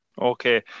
Okay